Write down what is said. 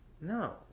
No